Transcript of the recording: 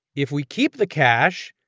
if we keep the cash,